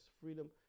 freedom